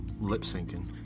lip-syncing